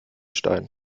stein